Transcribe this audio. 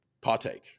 partake